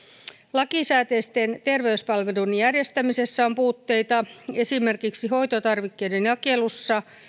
lakisääteisten terveyspalveluiden järjestämisessä on puutteita esimerkiksi hoitotarvikkeiden jakelussa